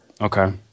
okay